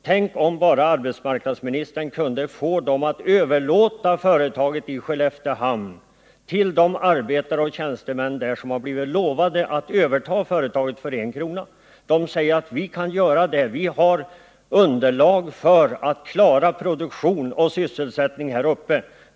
Tänk vad det skulle betyda om arbetsmarknadsministern kunde få ledningen att överlåta företaget i Skelleftehamn till de arbetare och tjänstemän som blivit lovade att få överta företaget för en krona! Dessa säger att de kan överta företaget eftersom de anser att det finns tillräckligt underlag för att klara produktion och sysselsättning här uppe.